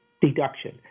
deduction